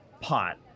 pot